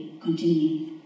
continue